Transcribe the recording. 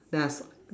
then I saw